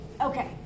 Okay